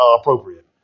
appropriate